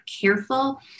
careful